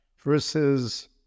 versus